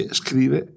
scrive